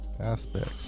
aspects